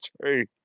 true